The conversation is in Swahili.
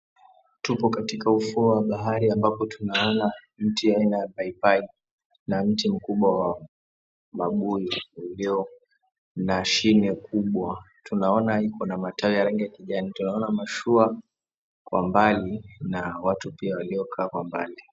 Tupo katika ufuo wa bahari ambapo tunaona mti aina ya paipai na mti mkubwa wa mabuyu ulio na shine kubwa. Tunaona Iko na matawi ya rangi ya kijani. Tunaona mashua kwa mbali na watu pia waliokaa kwa mbali.